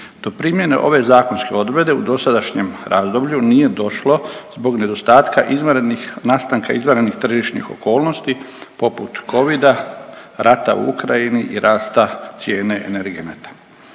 Do primjene ove zakonske odredbe u dosadašnjem razdoblju nije došlo zbog nedostatka izvanrednih, nastanka izvanrednih tržišnih okolnosti poput Covida, rata u Ukrajini i rasta cijene energenata.